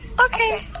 Okay